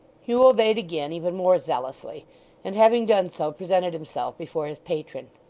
hugh obeyed again even more zealously and having done so, presented himself before his patron.